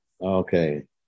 Okay